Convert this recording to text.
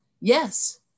yes